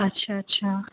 اچھا اچھا